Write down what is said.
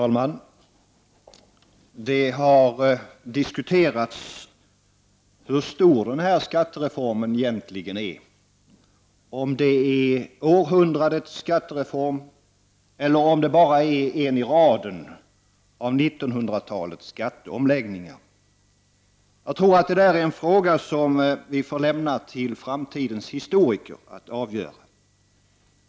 Fru talman! Det har diskuterats hur stor denna skattereform egentligen är — om det är århundradets skattereform eller om det bara är en i raden av 1900-talets skatteomläggningar. Jag tror att det är en fråga som vi får lämna till framtidens historiker att avgöra.